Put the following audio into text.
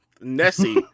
Nessie